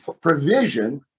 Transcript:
provision